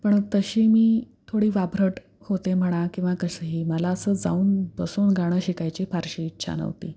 पण तशी मी थोडी वाभरट होते म्हणा किंवा कसंही मला असं जाऊन बसून गाणं शिकायची फारशी इच्छा नव्हती